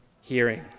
hearing